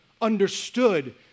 understood